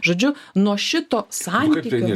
žodžiu nuo šito santykio